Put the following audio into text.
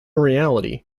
reality